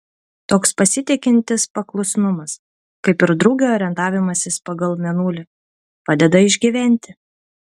toks pasitikintis paklusnumas kaip ir drugio orientavimasis pagal mėnulį padeda išgyventi